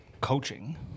coaching